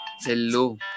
Hello